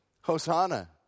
Hosanna